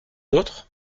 d’autres